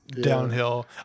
Downhill